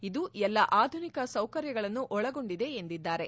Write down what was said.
ಇದು ಎಲ್ಲಾ ಆಧುನಿಕ ಸೌಕರ್ಯಗಳನ್ನು ಒಳಗೊಂಡಿದೆ ಎಂದಿದ್ದಾರೆ